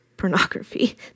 Pornography